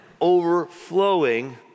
overflowing